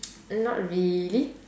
not really